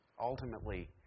Ultimately